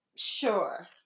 Sure